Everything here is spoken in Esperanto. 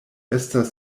estas